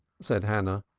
said hannah,